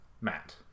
Matt